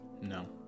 No